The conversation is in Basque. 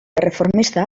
erreformista